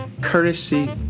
courtesy